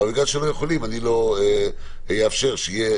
אבל כיוון שאתם לא יכולים אני לא אאפשר שיהיה